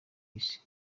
isi